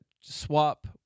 swap